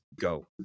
go